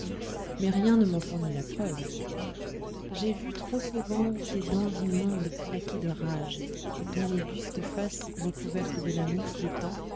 mais rien ne m'en fournit la preuve j'ai vu trop souvent tes dents immondes claquer de rage et ton auguste face recouverte de la mousse des temps